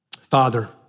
Father